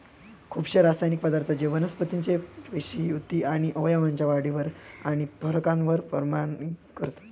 खुपशे रासायनिक पदार्थ जे वनस्पतीचे पेशी, उती आणि अवयवांच्या वाढीवर आणि फरकावर परिणाम करतत